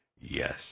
yes